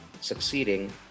succeeding